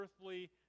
earthly